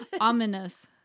ominous